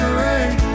rain